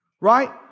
Right